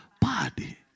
body